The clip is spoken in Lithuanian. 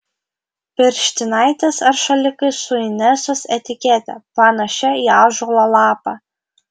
pirštinaitės ar šalikai su inesos etikete panašia į ąžuolo lapą